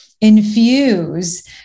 infuse